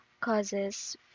causes